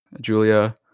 Julia